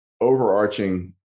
overarching